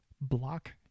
block